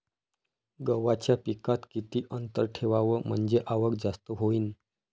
गव्हाच्या पिकात किती अंतर ठेवाव म्हनजे आवक जास्त होईन?